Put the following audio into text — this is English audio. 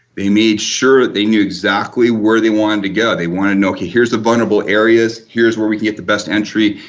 they made sure they knew exactly where they wanted to go, they wanted to know, okay here's the vulnerable areas, here's where we can get the best entry,